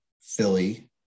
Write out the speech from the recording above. Philly